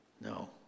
No